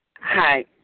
Hi